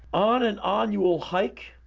on and on you will hike,